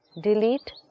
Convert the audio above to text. Delete